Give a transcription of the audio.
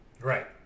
Right